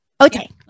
Okay